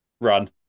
Run